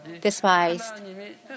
despised